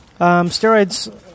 Steroids